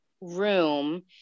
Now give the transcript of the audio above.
room